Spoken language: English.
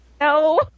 No